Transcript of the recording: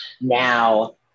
Now